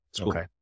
Okay